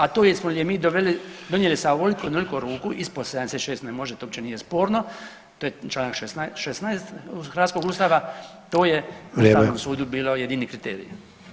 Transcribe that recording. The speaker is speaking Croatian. A to jesmo li je mi donijeli sa ovoliko ili onoliko ruku ispod 76 ne može to uopće nije sporno, to je čl. 16. hrvatskog Ustava, to je [[Upadica Sanader: Vrijeme.]] ustavnom sudu bilo jedini kriterij.